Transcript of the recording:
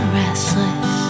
restless